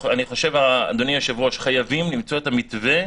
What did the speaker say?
אדוני היושב-ראש, חייבים למצוא את המתווה,